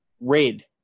red